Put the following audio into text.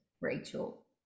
Rachel